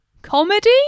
comedy